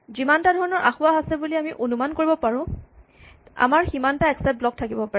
যিমানটা ধৰণৰ আসোঁৱাহ আছে বুলি অনুমান কৰিব পাৰা আমাৰ সিমানটা এক্সচেপ্ট ব্লক থাকিব পাৰে